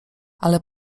ale